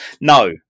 No